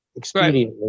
expediently